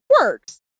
works